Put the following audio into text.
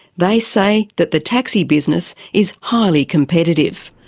they say that the taxi business is highly competitive.